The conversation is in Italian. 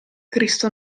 cristo